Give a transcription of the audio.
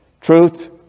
Truth